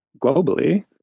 globally